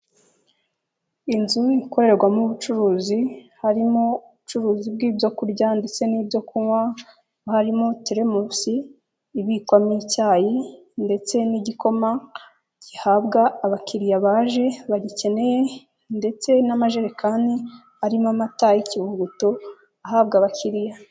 Inzu ikorerwamo ubucuruzi, harimo ubucuruzi bw'ibyoku kurya ndetse n'ibyo kunywa, harimo teremusi ibikwamo icyayi ndetse n'igikoma, gihabwa abakiriya baje bagikeneye ndetse n'amajerekani arimo amata y'ikivuguto ahabwa abakiriya.